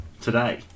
today